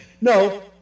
no